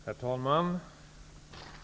Herr talman!